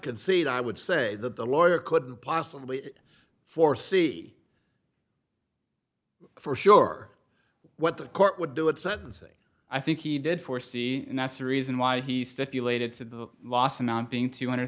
concede i would say that the lawyer couldn't possibly for see for sure what the court would do it sentencing i think he did foresee and that's the reason why he stipulated to the last nonbeing two hundred